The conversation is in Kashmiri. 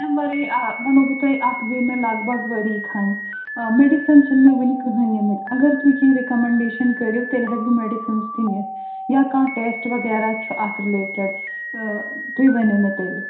اَمہِ وَرٲیی آ وَنو بہٕ تۄہہِ اَتھ گٔیہِ مےٚ لگ بگ ؤری کھنٛڈ میڈِسَن چھِنہٕ مےٚ وُنہِ کٕہٕنٛۍ نِمِت اگر تُہۍ کیٚنٛہہ رِکَمنڈیشَن کٔرِو تیٚلہِ ہٮ۪کہٕ بہٕ میڈِسَنٕز تہِ نِتھ یا کانٛہہ ٹیسٹ وغیرہ چھُ اَتھ رِلیٹڈ تُہۍ ؤنِو مےٚ تیٚلہِ